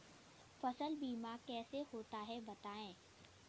फसल बीमा कैसे होता है बताएँ?